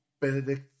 Benedict